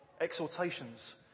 exhortations